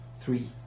three